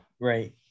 Right